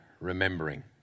remembering